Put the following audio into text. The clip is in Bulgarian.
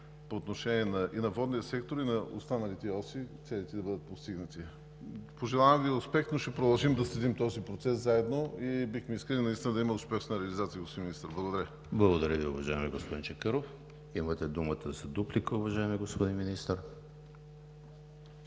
по отношение и на водния сектор, и на останалите оси целите да бъдат постигнати. Пожелавам Ви успех, но ще продължим да следим този процес заедно и бихме искали наистина да има успешна реализация, господин Министър! Благодаря. ПРЕДСЕДАТЕЛ ЕМИЛ ХРИСТОВ: Благодаря Ви, уважаеми господин Чакъров. Имате думата за дуплика, уважаеми господин Министър.